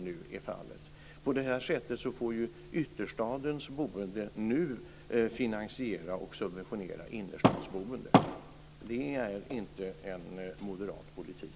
Nu får ytterstadens boende finansiera och subventionera innerstadsboendet. Det är inte en moderat politik.